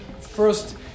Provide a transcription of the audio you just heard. first